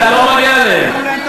אתה לא מגן עליהם.